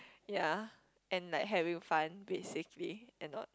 ya and like having fun basically and not